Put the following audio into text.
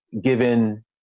given